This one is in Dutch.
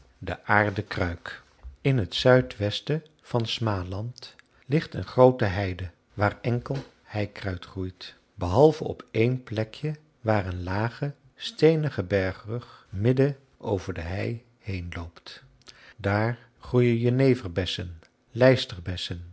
de aarden kruik in het zuidwesten van smaland ligt een groote heide waar enkel heikruid groeit behalve op één plekje waar een lage steenige bergrug midden over de hei heenloopt daar groeien jeneverbessen lijsterbessen